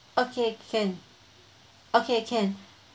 okay can okay can